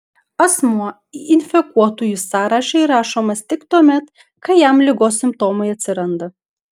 asmuo į infekuotųjų sąrašą įrašomas tik tuomet kai jam ligos simptomai atsiranda